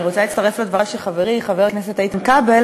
אני רוצה להצטרף לדבריו של חברי חבר הכנסת איתן כבל